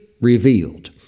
revealed